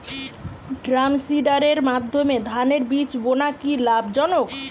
ড্রামসিডারের মাধ্যমে ধানের বীজ বোনা কি লাভজনক?